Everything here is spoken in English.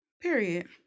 Period